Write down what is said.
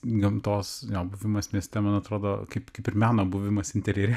gamtos jo buvimas mieste man atrodo kaip kaip ir meno buvimas interjere